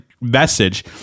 message